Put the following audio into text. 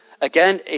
Again